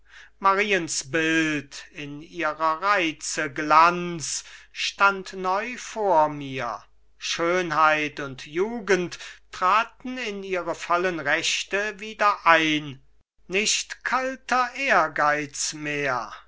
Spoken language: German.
mariens bild in ihrer reize glanz stand neu vor mir schönheit und jugend traten in ihre vollen rechte wieder ein nicht kalter ehrgeiz mehr